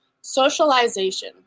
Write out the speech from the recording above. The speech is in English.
socialization